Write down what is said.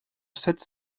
sept